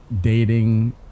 dating